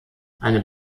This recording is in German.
eine